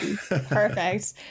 Perfect